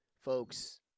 folks